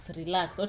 relax